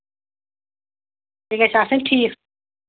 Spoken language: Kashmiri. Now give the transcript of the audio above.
یہِ گژھِ آسٕںۍ ٹھیٖک